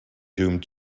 doomed